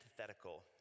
antithetical